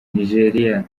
nigeriya